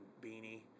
beanie